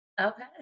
Okay